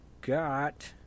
got